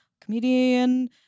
comedian